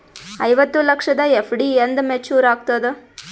ಐವತ್ತು ಲಕ್ಷದ ಎಫ್.ಡಿ ಎಂದ ಮೇಚುರ್ ಆಗತದ?